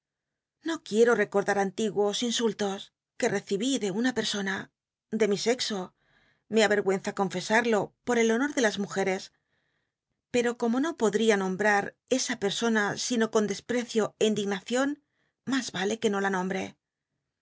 no quicto rccop dar antiguos insultos que recibí de una persona de mi sexo me ayergüenza confcsal'io por el honor de las mujeres pero como no podria nombrar esa persona sino con desprecio é indignacion mas vale que no la nombre